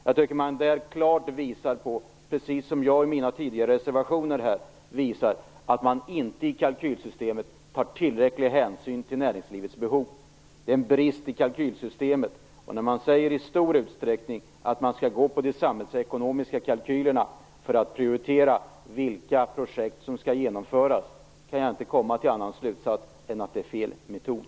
Jag tycker att man där klart visar - precis som jag visar i mina tidigare reservationer - att man i kalkylsystemet inte tar tillräcklig hänsyn till näringslivets behov. Det är en brist i kalkylsystemet. Och när man säger att man skall gå på de samhällsekonomiska kalkylerna i stor utsträckning för att prioritera vilka projekt som skall genomföras, kan jag inte komma till någon annan slutsats än att det är fel metod.